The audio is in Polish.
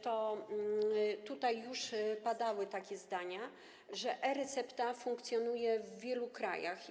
Tutaj już padały takie zdania, że e-recepta funkcjonuje w wielu krajach.